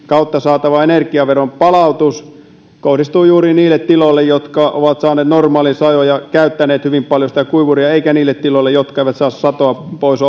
kautta saatava energiaveron palautus kohdistuu juuri niille tiloille jotka ovat saaneet normaalin sadon ja käyttäneet hyvin paljon sitä kuivuria eikä niille tiloille jotka eivät saa satoa pois